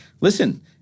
listen